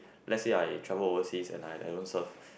let say I travel overseas and I I don't serve